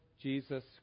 Jesus